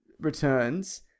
Returns